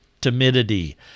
timidity